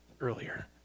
earlier